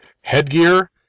headgear